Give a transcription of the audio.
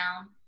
down